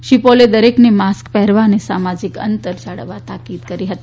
શ્રી પૌલે દરેકને માસ્ક પહેરવા અને સામાજિક અંતર જાળવવા તાકીદ કરી હતી